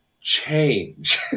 change